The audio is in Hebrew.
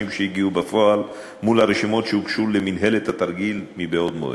שהגיעו בפועל מול הרשימות שהוגשו למינהלת התרגיל מבעוד מועד.